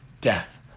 death